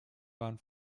waren